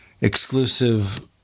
exclusive